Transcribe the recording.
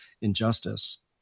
injustice